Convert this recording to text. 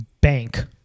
bank